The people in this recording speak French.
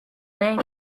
main